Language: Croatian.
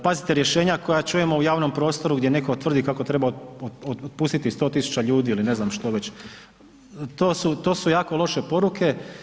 Pazite rješenja koja čujemo u javnom prostoru gdje netko tvrdi kako treba otpustiti 100.000 ljudi ili ne znam što već, to su jako loše poruke.